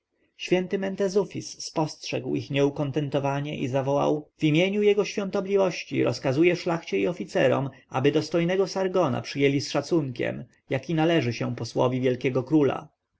święty mentezufis spostrzegł ich nieukontentowanie i zawołał w imieniu jego świątobliwości rozkazuję szlachcie i oficerom aby dostojnego sargona przyjęli z szacunkiem jaki należy się posłowi wielkiego króla